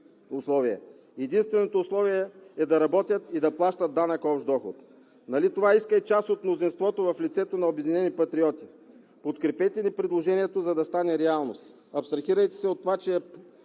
Единственото условие е да работят и да плащат данък общ доход. Нали това иска и част от мнозинството в лицето на „Обединени патриоти“? Подкрепете ни предложението, за да стане реалност! Абстрахирайте се от това, че